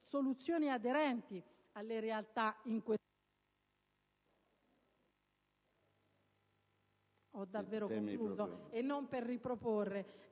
soluzioni aderenti alle realtà in questione,